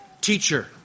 teacher